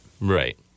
Right